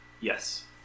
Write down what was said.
Yes